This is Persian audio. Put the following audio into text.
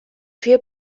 توی